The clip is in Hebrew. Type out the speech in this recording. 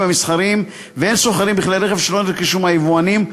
המסחריים והן הסוחרים בכלי רכב שלא נרכשו מהיבואנים,